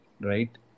right